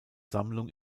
sammlung